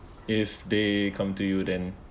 if they come to you then